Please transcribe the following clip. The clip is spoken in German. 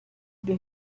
die